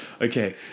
okay